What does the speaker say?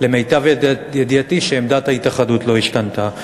שלמיטב ידיעתי עמדת ההתאחדות לא השתנתה.